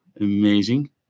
Amazing